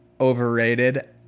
overrated